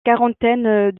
quarantaine